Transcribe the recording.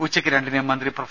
ഉച്ചക്ക് രണ്ടിന് മന്ത്രി പ്രൊഫ